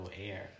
air